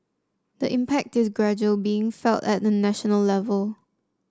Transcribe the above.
the impact is gradually being felt at the national level